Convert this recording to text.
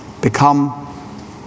Become